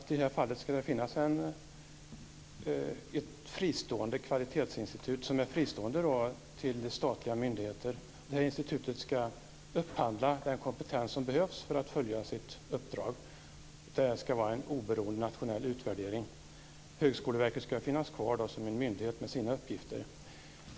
I det här fallet ska det finnas ett kvalitetsinstitut som är fristående från statliga myndigheter. Det här institutet ska upphandla den kompetens som den behöver för att fullgöra sitt uppdrag. Det ska vara en oberoende nationell utvärdering. Högskoleverket ska finnas kvar som en myndighet med sina uppgifter.